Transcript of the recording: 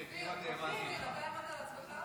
על חילופי אישים בוועדת החוץ והביטחון מטעם סיעת הימין הממלכתי.